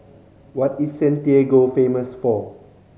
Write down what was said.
what is Santiago famous for